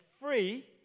free